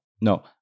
no